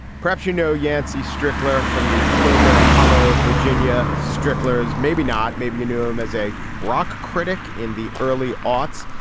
perhaps you know yancey strickler from the clover hello virginia strickler is maybe not. maybe you knew him as a rock critic in the early aughts.